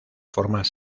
formas